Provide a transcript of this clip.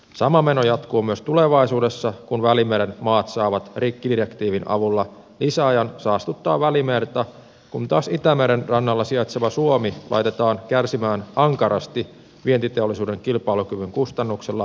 sama meno jatkuu myös tulevaisuudessa kun välimeren maat saavat rikkidirektiivin avulla lisäajan saastuttaa välimerta kun taas itämeren rannalla sijaitseva suomi laitetaan kärsimään ankarasti vientiteollisuuden kilpailukyvyn kustannuksella kyseisestä direktiivistä